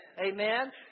Amen